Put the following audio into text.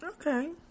okay